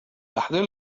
أحضر